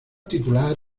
titular